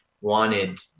wanted